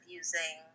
using